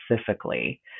specifically